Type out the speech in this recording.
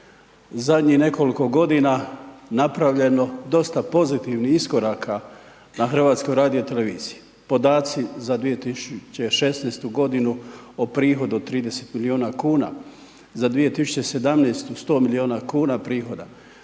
zadnjih nekoliko godina napravljeno dosta pozitivnih iskoraka na Hrvatskoj radio televiziji, podaci za 2016.-tu godinu o prihodu od 30 milijuna kuna, za 2017.-tu 100 milijuna kuna prihoda,